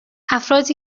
افرادی